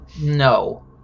No